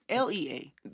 LEA